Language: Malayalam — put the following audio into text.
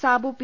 സാബു പി